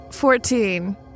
Fourteen